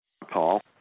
Paul